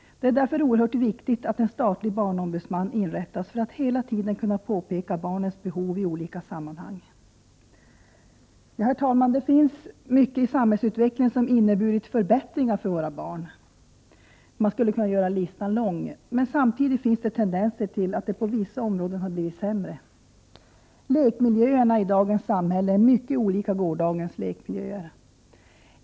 Det är därför oerhört viktigt att en statlig barnombudsman inrättas. Denne skall hela tiden kunna peka på barnens behov i olika sammanhang. Det finns mycket i samhällsutvecklingen som har inneburit förbättringar för våra barn. Listan skulle kunna bli lång. Men samtidigt finns det tendenser till att det på vissa områden har blivit sämre. Lekmiljöerna i dagens samhälle är mycket olika gårdagens lekmiljöer.